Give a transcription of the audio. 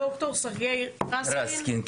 ד"ר סרגיי רסקין.